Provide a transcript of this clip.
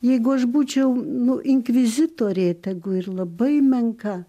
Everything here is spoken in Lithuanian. jeigu aš būčiau nu inkvizitorė tegu ir labai menka